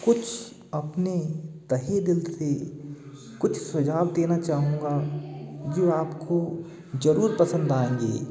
कुछ अपने तहे दिल से कुछ सुझाव देना चाहूँगा जो आपको जरुर पसंद आएँगे